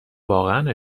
واقعا